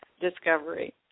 discovery